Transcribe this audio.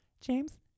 James